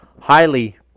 highly